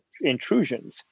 intrusions